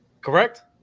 Correct